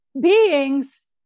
beings